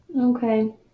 Okay